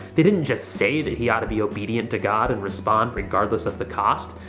they didn't just say that he ought to be obedient to god and respond regardless of the cost.